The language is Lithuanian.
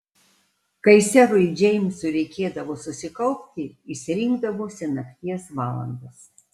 kai serui džeimsui reikėdavo susikaupti jis rinkdavosi nakties valandas